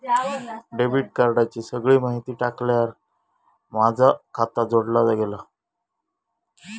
debit कार्डाची सगळी माहिती टाकल्यार माझा खाता जोडला गेला